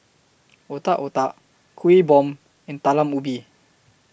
Otak Otak Kueh Bom and Talam Ubi